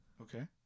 Okay